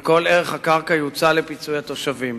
וכל ערך הקרקע יוצא לפיצוי התושבים.